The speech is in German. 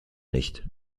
nicht